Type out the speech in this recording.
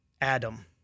Adam